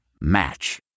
Match